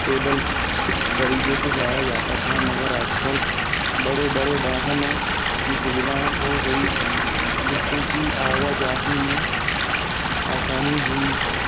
पै दल तरीक़े से जाया जाता था मगर आज कल बड़े बड़े वाहनों की सुविधाऍं हो गई है जिस से कि आवाजाही में आसानी हुई है